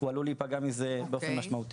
הוא עלול להיפגע מזה באופן משמעותי.